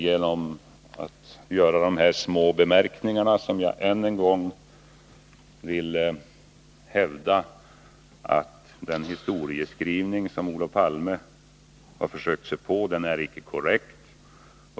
Genom att göra dessa små bemärkningar vill jag än en gång hävda att den historieskrivning som Olof Palme här gjort icke är korrekt.